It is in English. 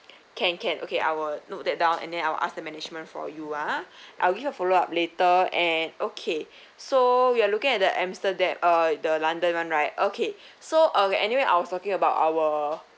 can can okay I will note that down and then I'll ask the management for you uh uh we will follow up later and okay so we are looking at the amsterdam uh the london one right okay so uh we anyway I was talking about our